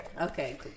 Okay